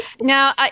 Now